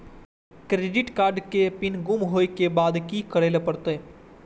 Credit card के pin गुम होय के बाद की करै ल परतै?